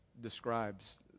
describes